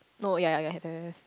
no ya ya have have have